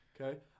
Okay